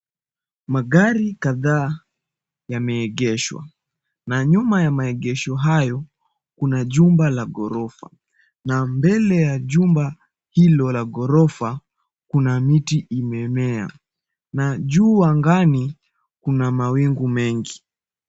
Magari kadhaa yameegeshwa na nyuma ya maegesho hayo, kuna jumba la ghorofa na mbele ya jumba hilo la gorofa kuna miti imemea na juu angani kuna mawingu mengi.